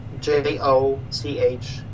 J-O-C-H